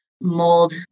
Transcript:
mold